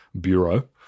Bureau